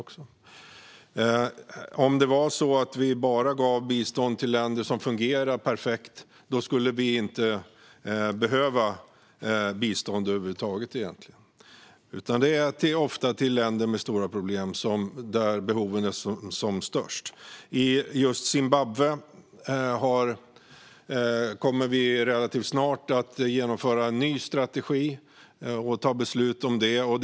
Om det vore så att vi bara gav bistånd till länder som fungerar perfekt skulle vi egentligen inte behöva ge bistånd över huvud taget. Det är i stället ofta i länder med stora problem som behoven är som störst. För just Zimbabwe kommer vi relativt snart att fatta beslut om och genomföra en ny strategi.